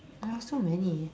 I have so many